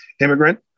immigrant